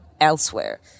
elsewhere